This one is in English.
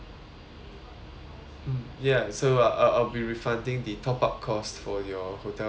mm ya so I'll I'll be refunding the top up costs for your hotel the morning buffets